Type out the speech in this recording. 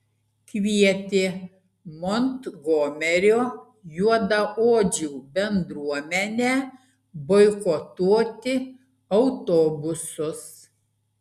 kvietė montgomerio juodaodžių bendruomenę boikotuoti autobusus